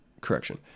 correction